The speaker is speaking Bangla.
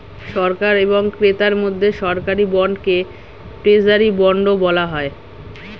সরকার এবং ক্রেতার মধ্যে সরকারি বন্ডকে ট্রেজারি বন্ডও বলা হয়